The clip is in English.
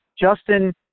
Justin